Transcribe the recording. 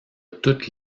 toute